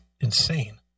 insane